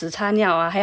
擦屎擦尿啊还要